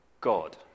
God